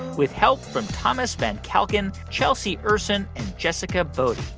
with help from thomas van calkin, chelsea ursin and jessica bodie.